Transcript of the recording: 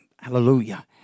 Hallelujah